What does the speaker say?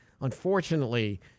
unfortunately